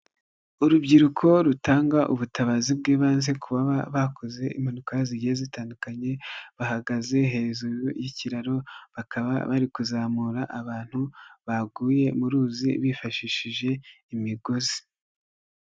Urubyiruko rutanga ubutabazi bw'ibanze ku baba bakoze impanuka zigiye zitandukanye bahagaze hejuru y'ikiraro bakaba bari kuzamura abantu baguye mu ruzi bifashishije imigozi.